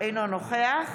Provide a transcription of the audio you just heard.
אינו נוכח